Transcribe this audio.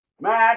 Max